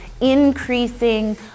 increasing